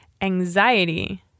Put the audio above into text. Anxiety